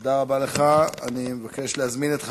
תודה רבה לך, אדוני.